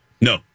No